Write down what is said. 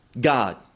god